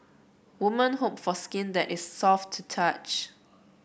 woman hope for skin that is soft to touch